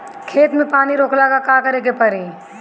खेत मे पानी रोकेला का करे के परी?